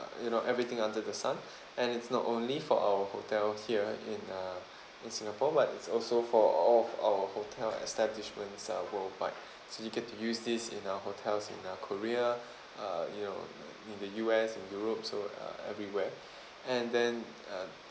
you know everything under the sun and it's not only for our hotel here in uh in singapore but it's also for all of our hotel establishments uh worldwide so you get to use this in our hotels in uh korea uh you know in the U_S and europe so uh everywhere and then uh